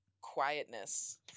quietness